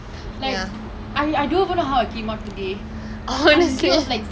same lah I literally have like a track under my house lah but I'm not doing anything lah